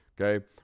okay